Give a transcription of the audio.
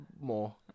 more